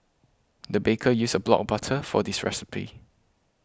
the baker used a block of butter for this recipe